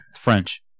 French